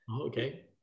okay